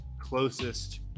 closest